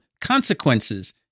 Consequences